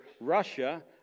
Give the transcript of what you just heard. Russia